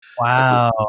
Wow